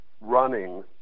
running